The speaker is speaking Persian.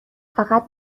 فقط